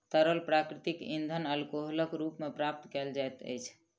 तरल प्राकृतिक इंधन अल्कोहलक रूप मे प्राप्त कयल जाइत अछि